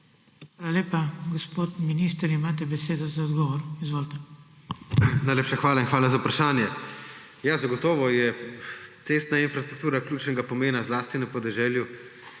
Hvala lepa. Gospod minister, imate besedo za odgovor, izvolite. **JERNEJ VRTOVEC:** Najlepša hvala in hvala za vprašanje. Ja, zagotovo je cestna infrastruktura ključnega pomena zlasti na podeželju